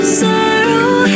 sorrow